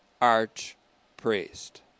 archpriest